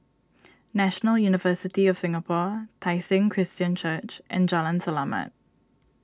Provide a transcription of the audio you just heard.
National University of Singapore Tai Seng Christian Church and Jalan Selamat